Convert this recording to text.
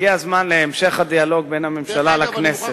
הגיע הזמן להמשך הדיאלוג בין הממשלה לבין הכנסת.